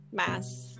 mass